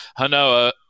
Hanoa